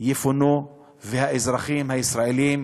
יפונו והאזרחים הישראלים